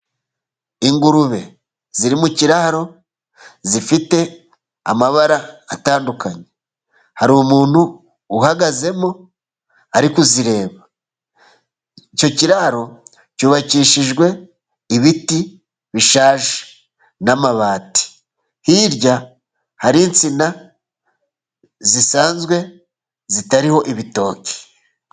Ingurube ziri mu kiraro, zifite amabara atandukanye, hari umuntu uhagazemo ari kuzireba, icyo kiraro cyubakishijwe ibiti bishaje n'amabati, hirya hari insina zisanzwe zitariho ibitoki.